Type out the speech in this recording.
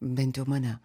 bent jau mane